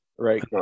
Right